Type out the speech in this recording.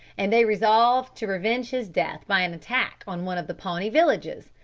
and they resolved to revenge his death by an attack on one of the pawnee villages.